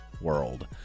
world